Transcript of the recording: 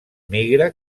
migra